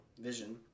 vision